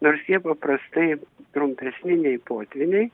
nors jie paprastai trumpesni nei potvyniai